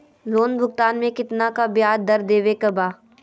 Loan भुगतान में कितना का ब्याज दर देवें के बा?